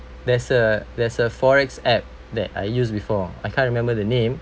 there's a there's a forex app that I use before I can't remember the name